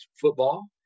football